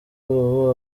ubu